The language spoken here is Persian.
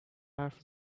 حرف